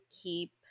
keep